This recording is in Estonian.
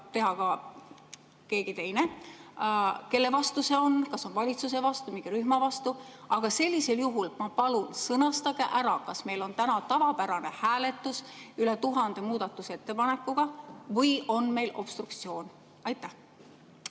teha ka keegi teine? Kelle vastu see on, kas on valitsuse vastu või lihtsalt mingi rühma vastu? Ja sellisel juhul palun sõnastage, kas meil on täna tavapärane hääletus üle tuhande muudatusettepanekuga või on meil obstruktsioon? Aitäh,